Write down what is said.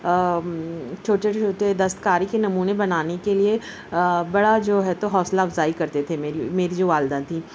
چھوٹے چھوٹے دستکاری کے نمونے بنانے کے لیے بڑا جو ہے تو حوصلہ افزائی کرتے تھے میری میری جو والدہ تھیں